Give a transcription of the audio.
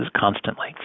constantly